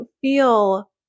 feel